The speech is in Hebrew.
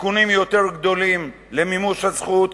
סיכונים יותר גדולים למימוש הזכות,